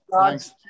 Thanks